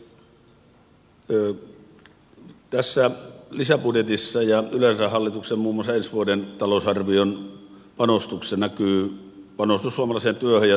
tässä lisäbudjetissa ja yleensä hallituksen muun muassa ensi vuoden talousarvion panostuksissa näkyy panostus suomalaiseen työhön ja työllisyyteen